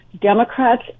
democrats